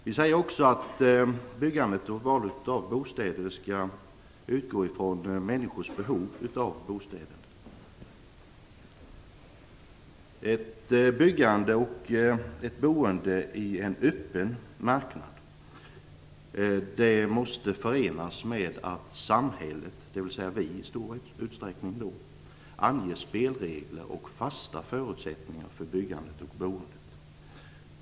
Vi säger också att byggandet och valet av bostäder skall utgå ifrån människors behov av bostäder. Byggande och boende på en öppen marknad måste förenas med att samhället, dvs. vi, i stor utsträckning anger spelregler och fasta förutsättningar för byggandet och boendet.